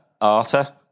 Arta